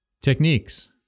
Techniques